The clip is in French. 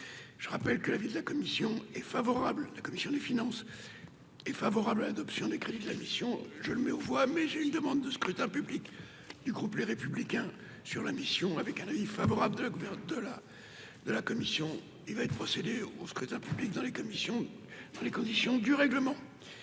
je rappelle que la ville de la commission est favorable de la commission des finances, est favorable à l'adoption des crédits de la mission, je le mets aux voix mais j'ai une demande de scrutin public du groupe, les républicains sur la mission avec un avis favorable de faire de la de la commission, il va être procédure au scrutin public dans les commissions sur les